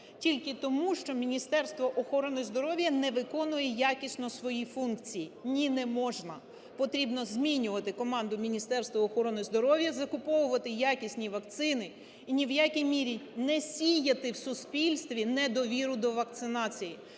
тільки тому, що Міністерство охорони здоров'я не виконує якісно свої функції? Ні, не можна. Потрібно змінювати команду Міністерства охорони здоров'я, закуповувати якісні вакцини і ні в якій мірі не сіяти в суспільстві недовіру до вакцинації.